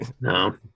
no